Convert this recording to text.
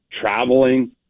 traveling